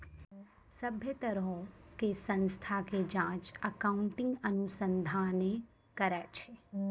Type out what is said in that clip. सभ्भे तरहो के संस्था के जांच अकाउन्टिंग अनुसंधाने करै छै